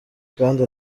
kandi